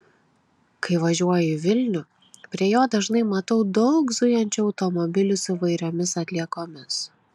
kai važiuoju į vilnių prie jo dažnai matau daug zujančių automobilių su įvairiomis atliekomis